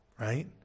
Right